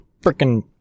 freaking